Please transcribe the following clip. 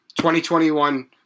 2021